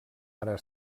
ara